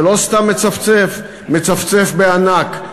ולא סתם מצפצף, מצפצף בענק.